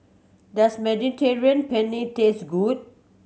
does Mediterranean Penne taste good